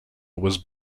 was